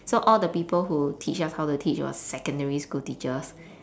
so all the people who teach us how to teach was secondary school teachers